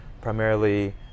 primarily